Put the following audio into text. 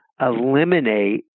eliminate